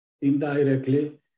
indirectly